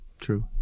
True